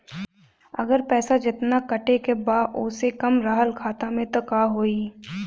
अगर पैसा जेतना कटे के बा ओसे कम रहल खाता मे त का होई?